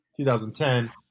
2010